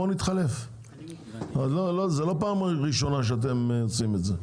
זאת לא פעם ראשונה שאתם עושים את זה.